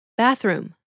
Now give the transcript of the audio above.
bathroom